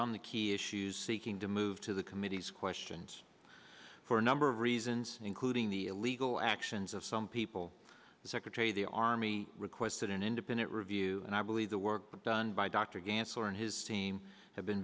on the key issues seeking to move to the committee's questions for a number of reasons including the illegal actions of some people the secretary of the army requested an independent review and i believe the work done by dr gansler and his team have been